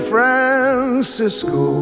Francisco